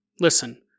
listen